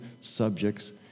subjects